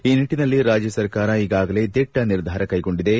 ಈ ನಿಟ್ಟಿನಲ್ಲಿ ರಾಜ್ಯ ಸರಕಾರ ಈಗಾಗಲೇ ದಿಟ್ಟ ನಿರ್ಧಾರ ಕೈಗೊಂಡಿದೆ